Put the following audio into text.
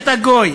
אתה גוי,